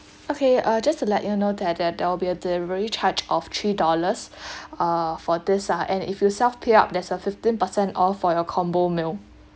okay uh just to let you know that uh there'll be a delivery charge of three dollars uh for this ah and if you self pick up there's a fifteen percent off for your combo meal